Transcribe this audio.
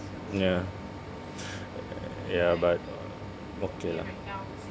ya ya but okay lah